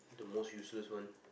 the most useless one